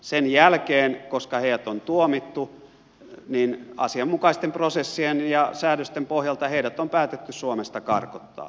sen jälkeen koska heidät on tuomittu asianmukaisten prosessien ja säädösten pohjalta heidät on päätetty suomesta karkottaa